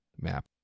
map